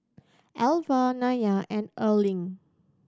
Elva Nylah and Erling